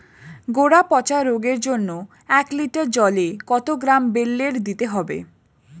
গোড়া পচা রোগের জন্য এক লিটার জলে কত গ্রাম বেল্লের দিতে হবে?